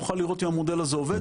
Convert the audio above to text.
נוכל לראות אם המודל הזה עובד,